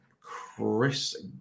Chris